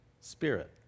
spirit